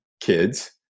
kids